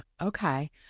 okay